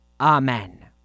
amen